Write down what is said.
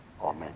Amen